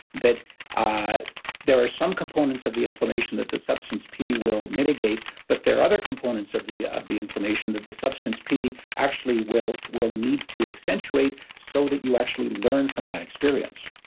that there are some components of the inflammation that the substance p will mitigate, but there are other components of the of the inflammation that the substance p actually will will need to accentuate, so that you actually learn from that experience